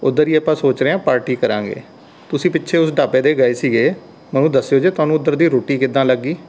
ਉੱਧਰ ਹੀ ਆਪਾਂ ਸੋਚ ਰਹੇ ਹਾਂ ਪਾਰਟੀ ਕਰਾਂਗੇ ਤੁਸੀਂ ਪਿੱਛੇ ਉਸ ਢਾਬੇ 'ਤੇ ਗਏ ਸੀਗੇ ਮੈਨੂੰ ਦੱਸਿਓ ਜੇ ਤੁਹਾਨੂੰ ਉੱਧਰ ਦੀ ਰੋਟੀ ਕਿੱਦਾਂ ਲੱਗੀ